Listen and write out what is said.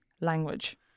language